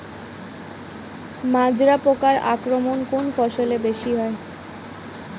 মাজরা পোকার আক্রমণ কোন ফসলে বেশি হয়?